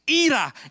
Ira